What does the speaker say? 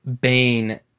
Bane